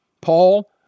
Paul